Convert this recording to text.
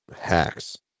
hacks